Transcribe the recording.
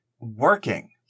working